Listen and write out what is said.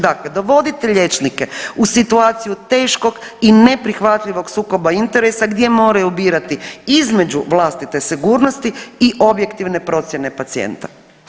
Dakle, dovodite liječnike u situaciju teškog i neprihvatljivog sukoba interesa gdje moraju birati između vlastite sigurnosti i objektivne procjene pacijenta.